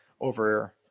over